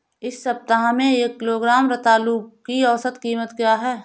इस सप्ताह में एक किलोग्राम रतालू की औसत कीमत क्या है?